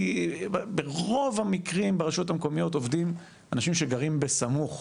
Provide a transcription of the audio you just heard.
כי ברוב המקרים ברשויות המקומיות עובדים אנשים שגרים בסמוך.